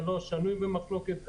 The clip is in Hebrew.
זה לא שנוי במחלוקת.